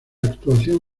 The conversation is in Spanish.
actuación